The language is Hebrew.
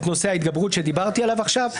את נושא ההתגברות שדיברתי עליו עכשיו,